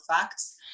facts